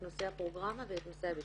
נושא הפרוגראמה ואת נושא הבטיחות.